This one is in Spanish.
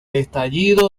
estallido